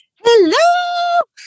hello